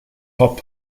pop